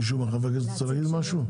מישהו רוצה להעיר משהו?